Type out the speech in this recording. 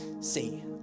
See